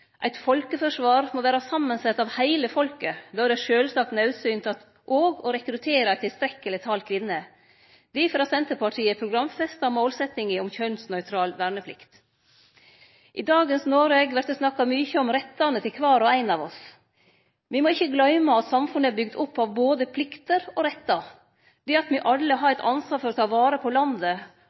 Eit folkeforsvar må vere sett saman av heile folket, då er det sjølvsagt naudsynt òg å rekruttere tilstrekkeleg mange kvinner. Difor har Senterpartiet programfesta målsetjinga om kjønnsnøytral verneplikt. I dagens Noreg vert det snakka mykje om rettane til kvar og ein av oss. Me må ikkje gløyme at samfunnet er bygd opp av både plikter og rettar. Det at me alle har eit ansvar for å ta vare på landet,